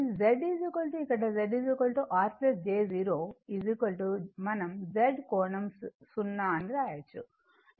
కాబట్టి Z ఇక్కడ Z R j 0 మనం Z కోణం 0 అని రాయొచ్చు